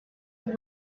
pour